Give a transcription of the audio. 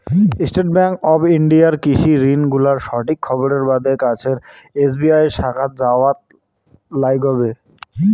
state bank of ইন্ডিয়ার কৃষি ঋণ গুলার সঠিক খবরের বাদে কাছের এস.বি.আই শাখাত যাওয়াৎ লাইগবে